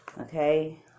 Okay